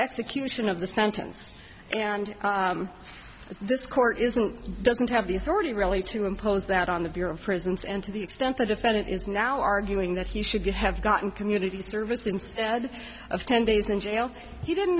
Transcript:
execution of the sentence and this court isn't doesn't have the authority really to impose that on the bureau of prisons and to the extent the defendant is now arguing that he should have gotten community service instead of ten days in jail he didn't